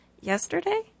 Yesterday